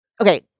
okay